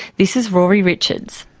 this is rory richards.